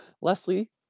Leslie